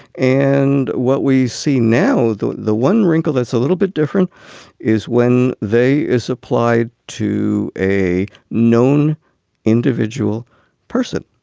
and what we see now, the the one wrinkle that's a little bit different is when they is applied to a known individual person.